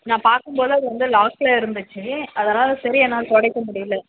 நான் பார்க்கும்போது அது வந்து லாஸ்டில் இருந்துச்சு அதனால் சரியாக என்னால் துடைக்க முடியிலை